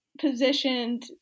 positioned